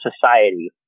society